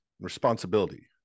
Responsibility